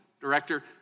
director